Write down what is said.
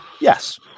Yes